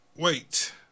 wait